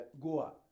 Goa